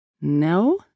No